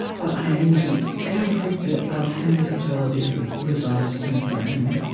but i am using every bit of any ability that resides anywhere in me,